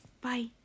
Bye